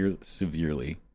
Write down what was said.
severely